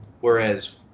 Whereas